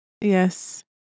Yes